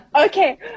Okay